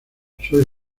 soy